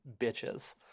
bitches